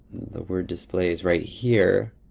the word display is right here.